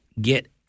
get